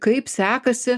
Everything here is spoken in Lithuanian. kaip sekasi